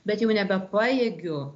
bet jau nebepajėgiu